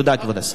תודה, כבוד השר.